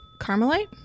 Carmelite